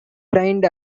trained